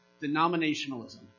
denominationalism